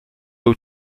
był